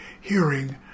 hearing